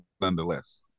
nonetheless